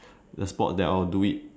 a sport that I will do it